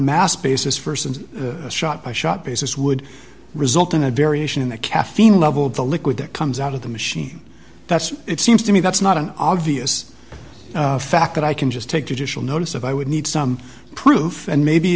mass basis versus a shot by shot basis would result in a variation in the caffeine level of the liquid that comes out of the machine that's it seems to me that's not an obvious fact that i can just take judicial notice of i would need some proof and maybe